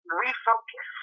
refocus